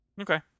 Okay